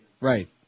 Right